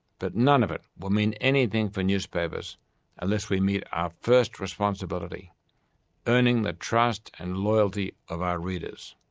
but none of it will mean anything for newspapers unless we meet our first responsibility earning the trust and loyalty of our readers.